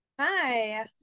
Hi